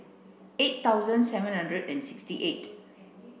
eight thousand seven hundred and sixty eight